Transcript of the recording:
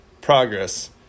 Progress